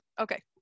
Okay